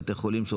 בית מרקחת,